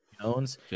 Jones